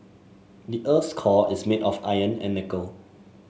the earth's core is made of iron and nickel